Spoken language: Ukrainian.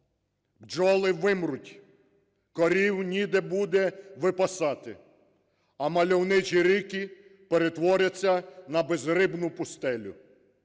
Бджоли вимруть, корів ніде буде випасати, а мальовничі ріки перетворяться на безрибну пустелю.